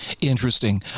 Interesting